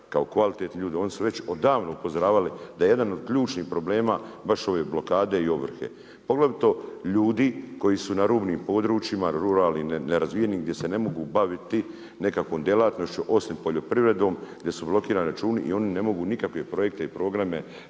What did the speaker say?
kao kvalitetni ljudi, oni su već odavno upozoravali da jedan od ključni problema baš ove blokade i ovrhe poglavito ljudi koji su na rubnim područjima ruralnim, nerazvijenim gdje se ne mogu baviti nekakvom djelatnošću osim poljoprivredom, gdje su blokirani računi i oni ne mogu nikakve projekte i programe